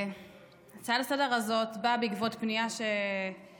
ההצעה לסדר-היום הזאת באה בעקבות פנייה שקיבלתי.